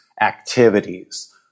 activities